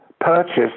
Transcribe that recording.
purchased